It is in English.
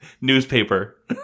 Newspaper